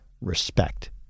respect